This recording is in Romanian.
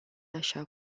așa